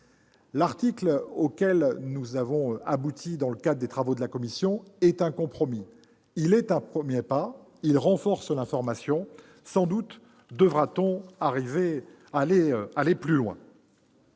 dispositif auquel nous avons abouti à l'issue des travaux de la commission est un compromis. Il représente un premier pas, il renforce l'information ; sans doute devrons-nous aller plus loin.